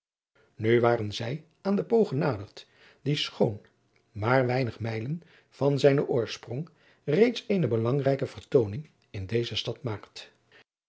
nu waren zij aan den po genaderd die schoon maar weinige mijlen van zijnen oorsprong reeds eene belangrijke vertooning in deze stad maakt